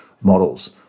models